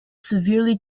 severely